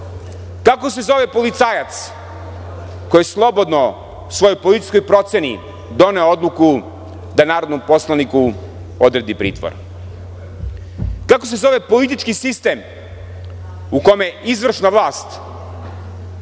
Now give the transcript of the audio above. Kako se zove policajac koji je slobodno po svojoj policijskoj proceni doneo odluku da narodnom poslaniku odredi pritvor? Kako se zove politički sistem u kome izvršna vlast